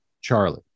Charlie